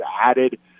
added